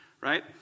right